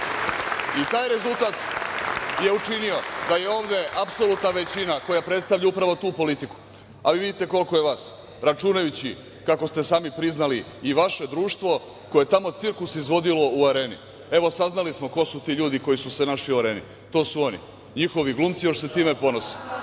rezultat je učinio da je ovde apsolutna većina koja predstavlja upravo tu politiku, a vi vidite koliko je vas, računajući kako ste sami priznali i vaše društvo koje je tamo cirkus izvodilo u Areni. Evo saznali smo ko su ti ljudi koji su se našli u Areni, to su oni, njihovi glumci, još se time ponose.